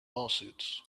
lawsuits